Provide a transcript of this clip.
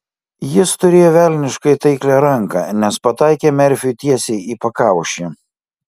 jis turėjo velniškai taiklią ranką nes pataikė merfiui tiesiai į pakaušį